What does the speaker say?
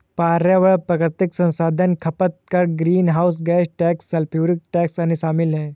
पर्यावरण प्राकृतिक संसाधन खपत कर, greenhouse gas tax, sulphuric tax, अन्य शामिल हैं